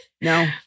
no